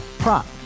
prop